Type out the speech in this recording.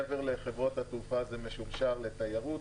מעבר לחברות התעופה, זה משורשר לתיירות.